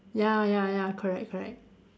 ya ya ya correct correct